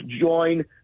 join